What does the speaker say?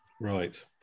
Right